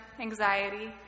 anxiety